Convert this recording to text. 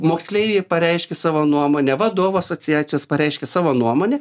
moksleiviai pareiškė savo nuomonę vadovų asociacijos pareiškė savo nuomonę